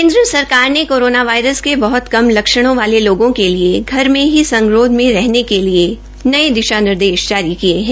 केन्द्र सरकार ने कोरोना वायरस के बहत कम लक्षणों वाले लोगों के लिए घर में ही संगरोध में रहने के लिए नये दिशा निर्देश जारी किये है